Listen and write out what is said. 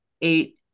eight